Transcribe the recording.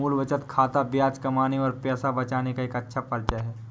मूल बचत खाता ब्याज कमाने और पैसे बचाने का एक अच्छा परिचय है